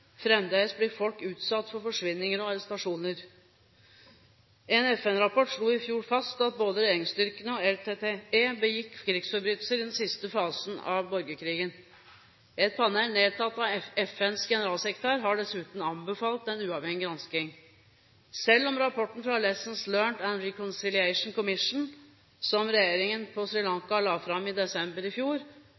Fremdeles blir folk utsatt for forsvinninger og arrestasjoner. En FN-rapport slo i fjor fast at både regjeringsstyrkene og LTTE begikk krigsforbrytelser i den siste fasen av borgerkrigen. Et panel nedsatt av FNs generalsekretær har dessuten anbefalt en uavhengig gransking. Selv om rapporten fra Lessons Learnt and Reconciliation Commission – som regjeringen på Sri Lanka la fram i desember i fjor